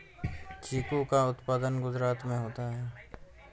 चीकू का उत्पादन गुजरात में होता है